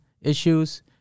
issues